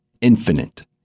infinite